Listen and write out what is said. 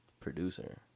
producer